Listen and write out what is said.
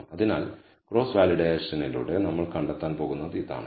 അതിനാൽ ക്രോസ് വാലിഡേഷൻത്തിലൂടെ നമ്മൾ കണ്ടെത്താൻ പോകുന്നത് ഇതാണ്